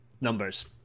numbers